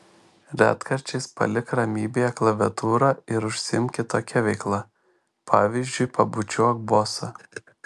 retkarčiais palik ramybėje klaviatūrą ir užsiimk kitokia veikla pavyzdžiui pabučiuok bosą